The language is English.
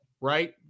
Right